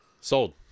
Sold